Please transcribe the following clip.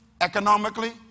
economically